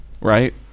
right